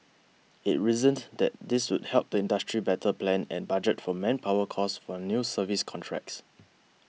it reasoned that this would help the industry better plan and budget for manpower costs for new service contracts